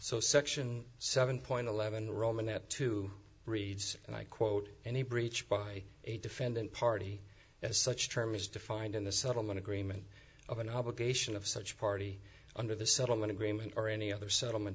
so section seven point eleven roman that two reads and i quote any breach by a defendant party as such term is defined in the settlement agreement of an obligation of such a party under the settlement agreement or any other settlement